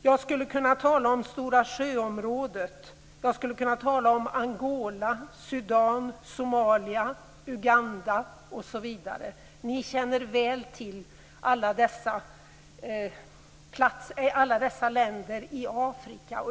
Jag skulle kunna tala om Stora Sjöområdet, Angola, Sudan, Somalia, Uganda osv. Ni känner väl till alla dessa länder i Afrika.